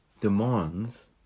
demands